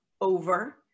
over